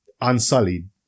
Unsullied